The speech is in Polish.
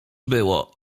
było